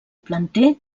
planter